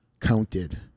counted